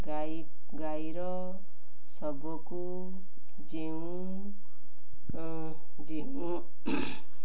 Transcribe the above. ଗାଈ ଗାଈର ଶବକୁ ଯେଉଁ ଯେଉଁ